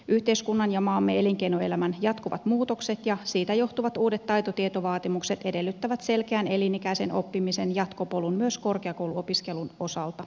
yhteiskunnan ja maamme elinkeinoelämän jatkuvat muutokset ja siitä johtuvat uudet taitotietovaatimukset edellyttävät selkeän elinikäisen oppimisen jatkopolun myös korkeakouluopiskelun osalta